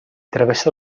travessa